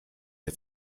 der